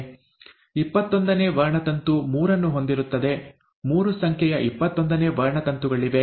ಇಪ್ಪತ್ತೊಂದನೇ ವರ್ಣತಂತು ಮೂರನ್ನು ಹೊಂದಿರುತ್ತದೆ ಮೂರು ಸಂಖ್ಯೆಯ ಇಪ್ಪತ್ತೊಂದನೇ ವರ್ಣತಂತುಗಳಿವೆ